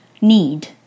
need